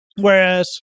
whereas